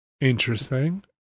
Interesting